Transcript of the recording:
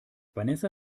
vanessa